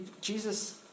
Jesus